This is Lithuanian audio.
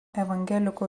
evangelikų